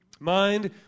Mind